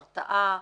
הרתעה,